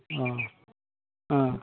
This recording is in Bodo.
अ ओ